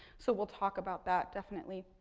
so, we'll talk about that definitely.